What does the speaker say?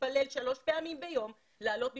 מתפלל שלוש פעמים ביום לעלות לירושלים.